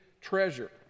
treasure